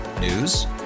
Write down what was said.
News